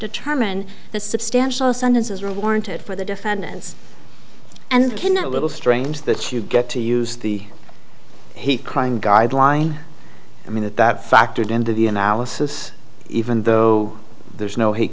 determine the substantial sentences are warranted for the defendant's and ken not a little strange that you get to use the crime guideline i mean that that factored into the analysis even though there's no hate